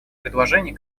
предложений